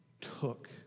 took